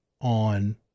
on